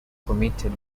committed